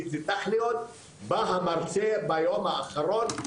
בא המרצה ביום האחרון,